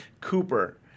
Cooper